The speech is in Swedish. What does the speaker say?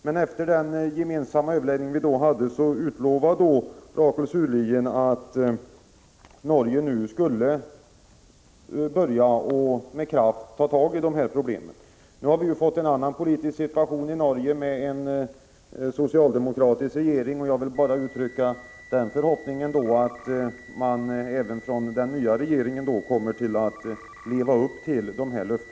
Men efter den gemensamma överläggning vi då hade utlovade Rakel Surlien att Norge nu skulle börja att med kraft ta tag i det här problemen. Nu har det ju blivit en annan politisk situation i Norge med en socialdemokratisk regering, och jag kan då bara uttrycka den förhoppningen att även den nya regeringen kommer att leva upp till detta löfte.